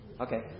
Okay